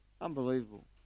Unbelievable